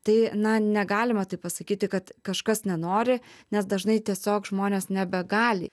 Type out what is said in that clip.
tai na negalima taip pasakyti kad kažkas nenori nes dažnai tiesiog žmonės nebegali